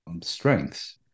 strengths